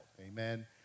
amen